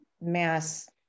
mass